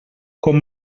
com